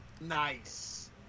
Nice